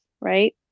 right